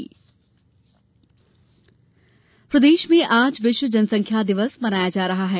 जनसंख्या दिवस प्रदेश में आज विश्व जनसंख्या दिवस मनाया जा रहा है